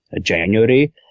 January